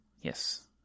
Yes